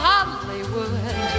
Hollywood